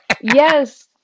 Yes